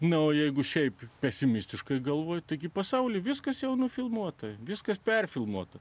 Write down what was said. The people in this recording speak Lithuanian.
na o jeigu šiaip pesimistiškai galvoju taigi pasaulyje viskas jau nufilmuota viskas perfiltruota